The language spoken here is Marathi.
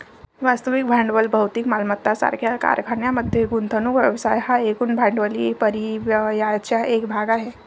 वास्तविक भांडवल भौतिक मालमत्ता सारख्या कारखान्यांमध्ये गुंतवणूक व्यवसाय हा एकूण भांडवली परिव्ययाचा एक भाग आहे